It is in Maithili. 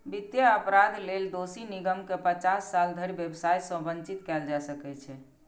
वित्तीय अपराध लेल दोषी निगम कें पचास साल धरि व्यवसाय सं वंचित कैल जा सकै छै